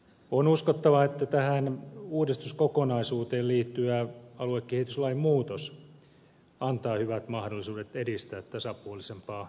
on uskottava että tähän uudistuskokonaisuuteen liittyvä aluekehityslain muutos antaa hyvät mahdollisuudet edistää tasapuolisempaa aluekehitystä